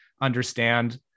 understand